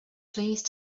please